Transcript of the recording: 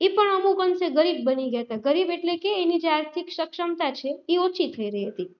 એ પણ અમુક અંશે ગરીબ બની ગયા હતા ગરીબ એટલે કે એની જે આર્થિક સક્ષમતા છે એ ઓછી થઈ રહી હતી